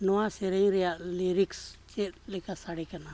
ᱱᱚᱣᱟ ᱥᱮᱨᱮᱧ ᱨᱮᱭᱟᱜ ᱞᱤᱨᱤᱠᱥ ᱪᱮᱫᱞᱮᱠᱟ ᱥᱟᱰᱮ ᱠᱟᱱᱟ